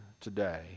today